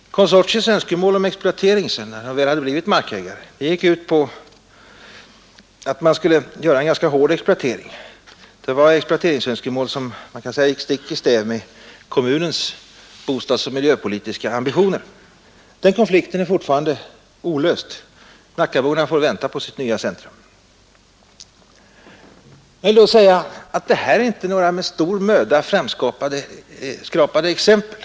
Konsortiets önskemål om exploatering sedan man väl blivit markägare gick ut på att man skulle göra en ganska hård exploatering. Det var exproprieringsönskemål som kan sägas gå stick i stäv mot kommunens bostadsoch miljöpolitiska ambitioner. Den konflikten är alltjämt olöst. Nackaborna får vänta på sitt nya centrum. Det anförda är inte några med stor möda framdragna exempel.